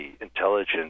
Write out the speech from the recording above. intelligence